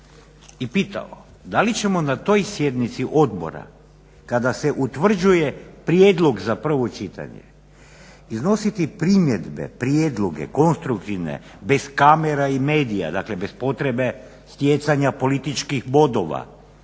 i pitao da li ćemo na toj sjednici odbora kada se utvrđuje prijedlog za prvo čitanje iznositi primjedbe, prijedloge, konstruktivne, bez kamera i medija, dakle bez potrebe stjecanja političkih bodova,